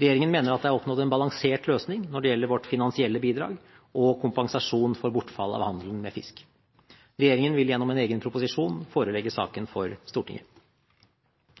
Regjeringen mener at det er oppnådd en balansert løsning når det gjelder vårt finansielle bidrag og kompensasjon for bortfall av handelen med fisk. Regjeringen vil gjennom en egen proposisjon forelegge saken for Stortinget.